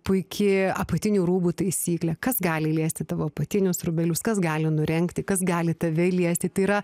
puiki apatinių rūbų taisyklė kas gali liesti tavo apatinius rūbelius kas gali nurengti kas gali tave liesti tai yra